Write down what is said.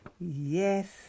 Yes